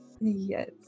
yes